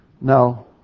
No